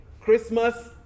Christmas